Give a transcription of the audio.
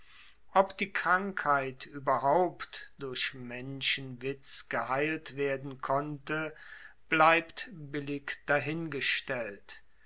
ob die krankheit ueberhaupt durch menschenwitz geheilt werden konnte bleibt billig dahingestellt